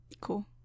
Cool